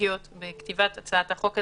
אנרגיות בכתיבת הצעת החוק הזה,